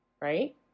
Right